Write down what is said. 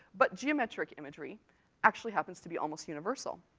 but geometric imagery actually happens to be almost universal.